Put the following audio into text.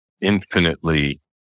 infinitely